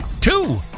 two